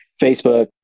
Facebook